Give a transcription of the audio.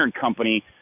company